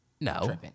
No